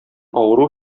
авыру